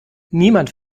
niemand